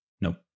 Nope